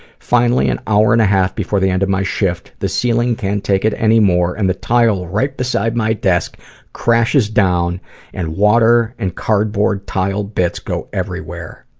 finally an hour and half before the end of my shift, the ceiling can't take it anymore and the tile right besides my desk crashes down and water and cardboard tile bits go everywhere.